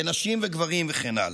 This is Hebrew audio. בין נשים לגברים, וכן הלאה.